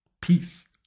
peace